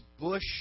bush